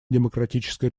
демократической